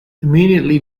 immediately